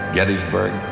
Gettysburg